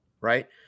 Right